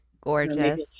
gorgeous